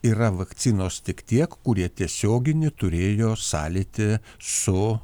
yra vakcinos tik tiek kurie tiesioginį turėjo sąlytį su